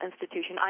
institution